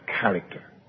character